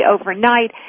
overnight